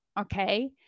okay